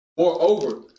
Moreover